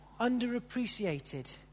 underappreciated